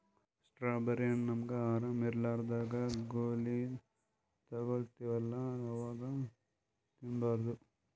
strawberry ಹಣ್ಣ್ ನಮ್ಗ್ ಆರಾಮ್ ಇರ್ಲಾರ್ದಾಗ್ ಗೋಲಿ ತಗೋತಿವಲ್ಲಾ ಅವಾಗ್ ತಿನ್ಬಾರ್ದು